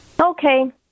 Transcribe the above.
okay